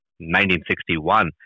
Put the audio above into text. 1961